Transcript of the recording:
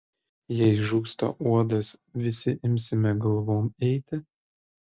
jei žūsta uodas visi imsime galvom eiti